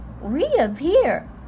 reappear